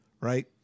right